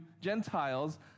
Gentiles